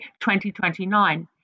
2029